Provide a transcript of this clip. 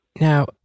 Now